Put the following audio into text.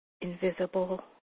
invisible